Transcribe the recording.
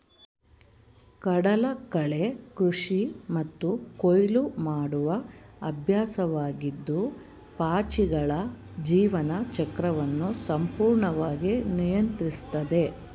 ಕಡಲಕಳೆ ಕೃಷಿ ಮತ್ತು ಕೊಯ್ಲು ಮಾಡುವ ಅಭ್ಯಾಸವಾಗಿದ್ದು ಪಾಚಿಗಳ ಜೀವನ ಚಕ್ರವನ್ನು ಸಂಪೂರ್ಣವಾಗಿ ನಿಯಂತ್ರಿಸ್ತದೆ